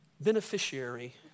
beneficiary